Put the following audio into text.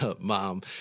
mom